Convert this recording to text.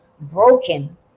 broken